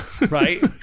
Right